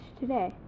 today